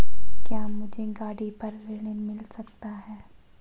क्या मुझे गाड़ी पर ऋण मिल सकता है?